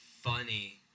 funny